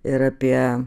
ir apie